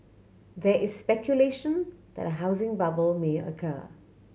there is speculation that a housing bubble may occur